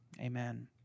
Amen